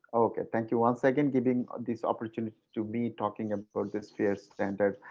ok, thank you. once again, giving this opportunity to be talking about the sphere standards,